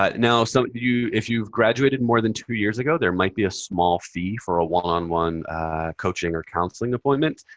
but now, some of you, if you've graduated more than two years ago, there might be a small fee for a one-on-one coaching or counseling appointment,